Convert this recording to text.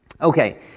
Okay